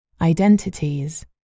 identities